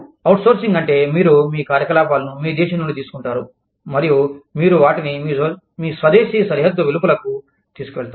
outsourcing అంటే మీరు మీ కార్యకలాపాలను మీ దేశం నుండి తీసుకుంటారు మరియు మీరు వాటిని మీ స్వదేశీ సరిహద్దు వెలుపలకు తీసుకు వెళతారు